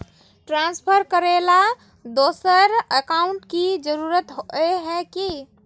Transfer करेला दोसर account की जरुरत होय है की?